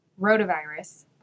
rotavirus